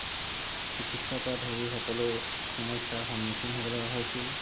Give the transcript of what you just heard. চিকিৎসাৰ পৰা ধৰি সকলো সমস্যাৰ সন্মুখীন হ'বলগীয়া হৈছিল